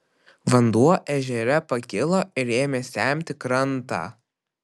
vanduo ežere pakilo ir ėmė semti krantą